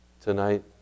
Tonight